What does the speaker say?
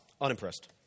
unimpressed